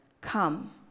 come